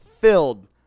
filled